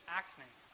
acne